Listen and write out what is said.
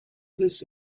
this